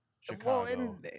Chicago